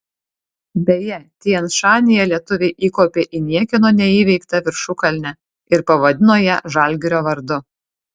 beje tian šanyje lietuviai įkopė į niekieno neįveiktą viršukalnę ir pavadino ją žalgirio vardu